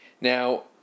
Now